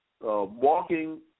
walking